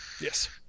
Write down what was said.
Yes